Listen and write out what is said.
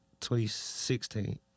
2016